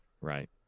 right